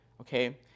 Okay